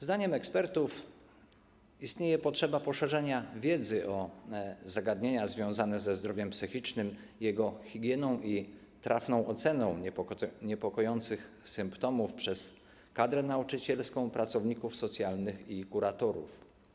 Zdaniem ekspertów istnieje potrzeba poszerzania wiedzy o zagadnienia związane ze zdrowiem psychicznym, jego higieną i trafną oceną niepokojących symptomów przez kadrę nauczycielską, pracowników socjalnych i kuratorów.